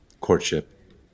courtship